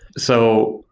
so,